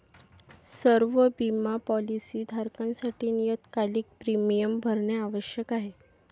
सर्व बिमा पॉलीसी धारकांसाठी नियतकालिक प्रीमियम भरणे आवश्यक आहे